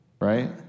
right